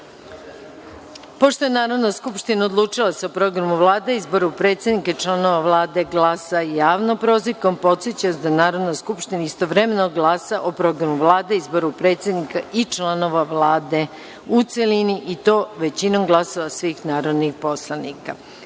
je Narodna skupština odlučila da se o Programu Vlade i izboru predsednika i članova Vlade glasa javno – prozivkom, podsećam vas da Narodna skupština istovremeno glasa o programu Vlade i izboru predsednika i članova Vlade u celini, i to većinom glasova svih narodnih poslanika. Stavljam